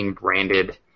branded